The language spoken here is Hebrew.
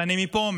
ואני אומר מפה,